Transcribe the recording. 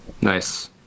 Nice